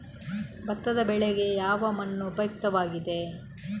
ಭತ್ತದ ಬೆಳೆಗೆ ಯಾವ ಮಣ್ಣು ಉಪಯುಕ್ತವಾಗಿದೆ?